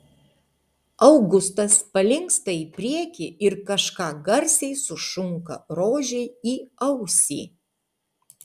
augustas palinksta į priekį ir kažką garsiai sušunka rožei į ausį